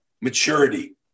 maturity